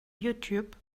youtube